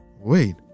wait